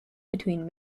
between